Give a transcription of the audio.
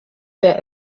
der